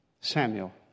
Samuel